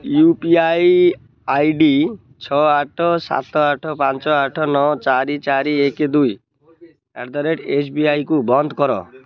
you P I I D ଛଅ ଆଠ ସାତ ଆଠ ପାଞ୍ଚ ଆଠ ନଅ ଚାରି ଚାରି ଏକ ଦୁଇ ଆଟ୍ ଦ ରେଟ୍ ଏସ୍ବିଆଇକୁ ବ୍ଲକ୍ କର